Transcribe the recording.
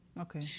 Okay